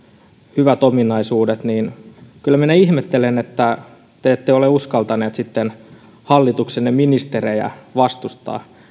hyvät ominaisuudet kyllä minä ihmettelen että te ette ole uskaltaneet hallituksenne ministereitä vastustaa